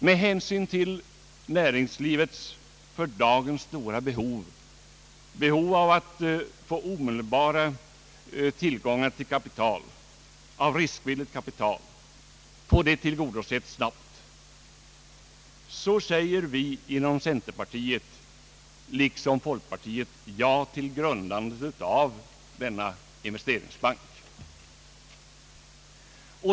Med hänsyn till näringslivets för dagen stora behov att få omedelbar tillgång till riskvilligt kapital och att snabbt få detta behov tillgodosett säger vi inom centerpartiet liksom folkpartiet ja till grundandet av denna investeringsbank.